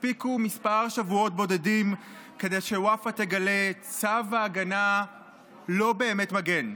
הספיקו כמה שבועות בודדים כדי שוופא תגלה שצו ההגנה לא באמת מגן.